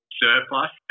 surplus